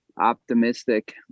optimistic